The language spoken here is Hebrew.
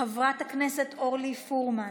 חברת הכנסת אורלי פרומן,